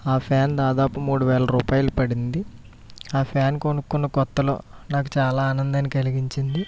ఆ ఫ్యాన్ దాదాపు మూడు వేల రూపాయలు పడింది ఆ ఫ్యాన్ కొనుక్కున్న కొత్తలో నాకు చాలా ఆనందాన్ని కలిగించింది